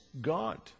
God